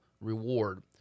reward